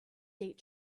date